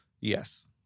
Yes